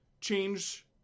change